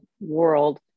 world